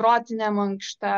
protinė mankšta